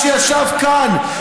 שישב כאן,